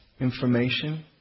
information